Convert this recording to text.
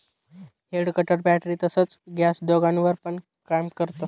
head cutter battery तसच gas दोघांवर पण काम करत